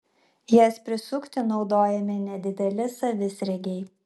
jas prisukti naudojami nedideli savisriegiai